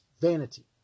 vanity